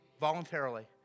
voluntarily